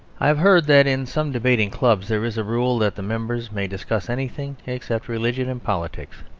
i have heard that in some debating clubs there is a rule that the members may discuss anything except religion and politics.